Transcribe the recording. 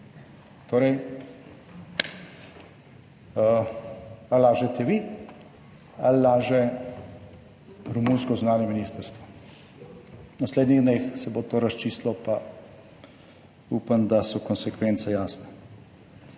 Torej, ali lažete vi ali laže romunsko zunanje ministrstvo. V naslednjih dneh se bo to razčistilo, pa upam, da so konsekvence jasne.